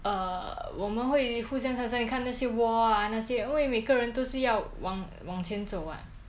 err 我们会互相残杀好像你看那些 war ah 那些因为每个人都是要往往前走 [what]